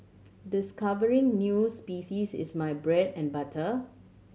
discovering new species is my bread and butter